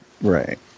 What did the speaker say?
Right